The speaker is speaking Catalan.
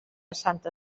santa